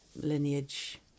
lineage